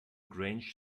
grange